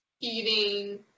eating